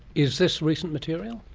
is this recent material?